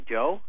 Joe